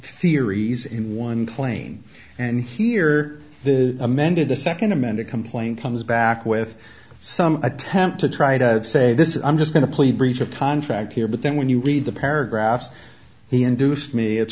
theories in one plane and here amended the second amended complaint comes back with some attempt to try to say this is i'm just going to plead breech of contract here but then when you read the paragraphs he induced me it's